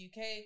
UK